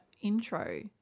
intro